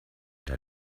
der